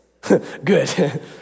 Good